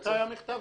מתי היה המכתב?